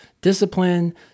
discipline